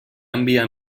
enviar